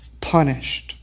punished